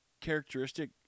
characteristic